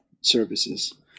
services